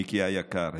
מיקי היקר.